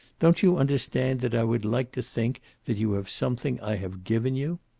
don't you understand that i would like to think that you have something i have given you?